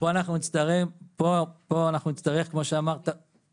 אבל פה אנחנו נצטרך, כמו שאמרת קודם,